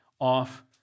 off